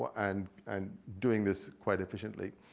and and doing this quite efficiently.